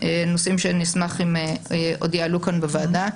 נושאים שנשמח אם עוד יעלו כאן בוועדה,